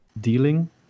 dealing